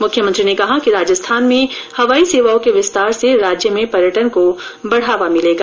मुख्यमंत्री ने कहा कि राजस्थान में हवाई सेवाओं के विस्तार से राज्य में पर्यटन को बढ़ावा मिलेगा